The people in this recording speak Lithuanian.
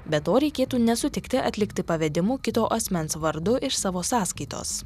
be to reikėtų nesutikti atlikti pavedimų kito asmens vardu iš savo sąskaitos